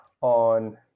on